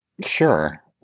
Sure